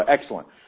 Excellent